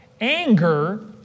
Anger